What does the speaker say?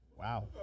Wow